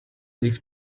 leave